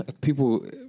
people